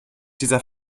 dieser